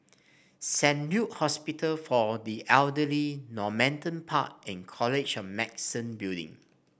Saint Luke Hospital for the Elderly Normanton Park and College of Medicine Building